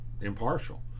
impartial